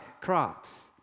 crops